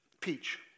peach